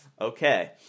Okay